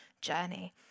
journey